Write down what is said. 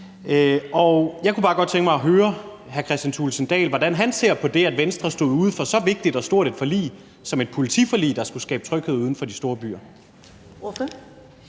høre hr. Kristian Thulesen Dahl om, hvordan han ser på det, at Venstre stod uden for så vigtigt og stort et forlig som et politiforlig, der skulle skabe tryghed uden for de store byer.